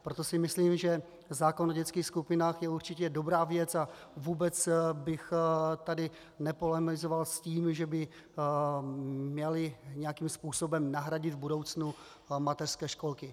Proto si myslím, že zákon o dětských skupinách je určitě dobrá věc, a vůbec bych tady nepolemizoval s tím, že by měly nějakým způsobem nahradit v budoucnu mateřské školky.